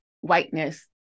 whiteness